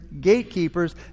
gatekeepers